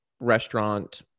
restaurant